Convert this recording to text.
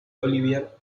olivier